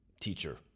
teacher